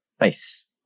Nice